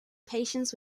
patients